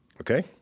okay